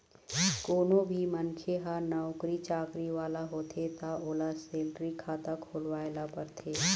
कोनो भी मनखे ह नउकरी चाकरी वाला होथे त ओला सेलरी खाता खोलवाए ल परथे